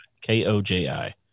K-O-J-I